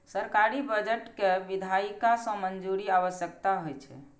सरकारी बजट कें विधायिका सं मंजूरी के आवश्यकता होइ छै